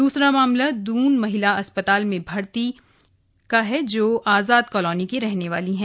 दूसरा मामला दून महिला अस्पताल में भर्ती का है जो आजाद कालोनी की रहने वाली है